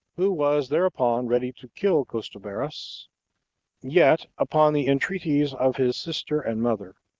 who was thereupon ready to kill costobarus yet, upon the entreaties of his sister and mother,